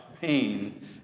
pain